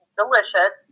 delicious